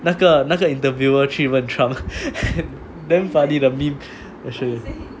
那个那个 interviewer 去问 trump damn funny the meme